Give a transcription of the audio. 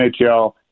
NHL